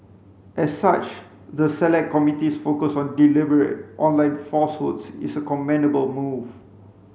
as such the select committee's focus on deliberate online falsehoods is a commendable move